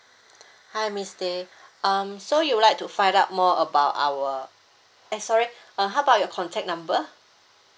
hi miss tay um so you would like to find out more about our eh sorry uh how about your contact number